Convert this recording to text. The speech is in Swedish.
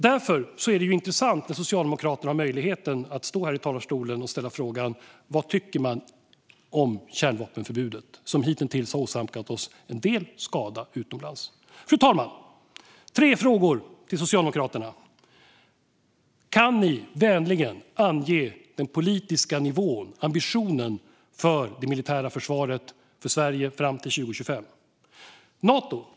Därför är det intressant att få möjligheten att härifrån talarstolen ställa frågan till Socialdemokraterna vad de tycker om kärnvapenförbudet, som hittills har åsamkat oss en del skada utomlands. Fru talman! Jag har tre frågor till Socialdemokraterna. Kan ni vänligen ange den politiska nivån och ambitionen för Sveriges militära försvar fram till 2025?